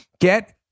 Get